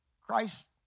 Christ